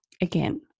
Again